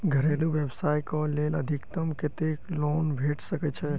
घरेलू व्यवसाय कऽ लेल अधिकतम कत्तेक लोन भेट सकय छई?